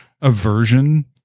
aversion